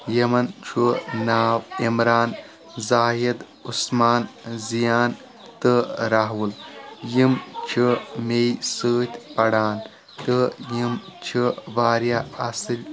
یِمن چھُ ناو عمران زاہد عسمان زیان تہٕ راہُل یِم چھِ میٚیہِ سۭتۍ پران تہٕ یِم چھِ واریاہ اصِل